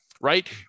right